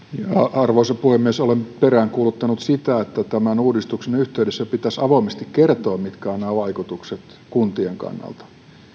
arvoisa puhemies olen peräänkuuluttanut sitä että tämän uudistuksen yhteydessä pitäisi avoimesti kertoa mitkä ovat vaikutukset kuntien kannalta